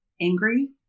angry